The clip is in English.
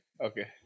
Okay